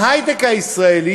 ההיי-טק הישראלי,